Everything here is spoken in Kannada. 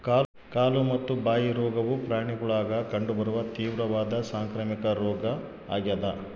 ಕಾಲು ಮತ್ತು ಬಾಯಿ ರೋಗವು ಪ್ರಾಣಿಗುಳಾಗ ಕಂಡು ಬರುವ ತೀವ್ರವಾದ ಸಾಂಕ್ರಾಮಿಕ ರೋಗ ಆಗ್ಯಾದ